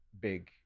big